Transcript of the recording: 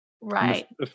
Right